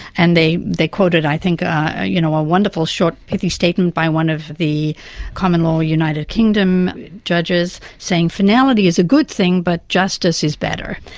and they they quoted i think ah you know a wonderful short pithy statement by one of the common law united kingdom judges saying finality is a good thing but justice is better.